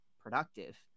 productive